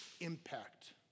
impact